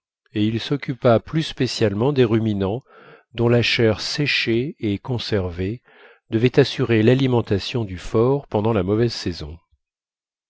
et il s'occupa plus spécialement des ruminants dont la chair séchée et conservée devait assurer l'alimentation du fort pendant la mauvaise saison